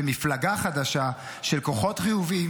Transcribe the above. ומפלגה חדשה של כוחות חיוביים